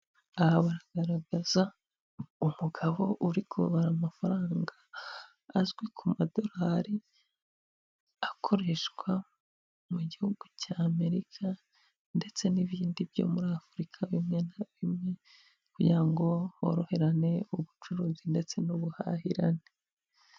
Aha baragaragaza umugabo uri kubara amafaranga, azwi ku madorari, akoreshwa mu gihugu cya amerika ndetse n'ibindi byo muri Afurika bimwe na bimwe kugirango horoherane ubucuruzi ndetse n'ubuhahirane.